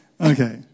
Okay